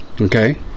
Okay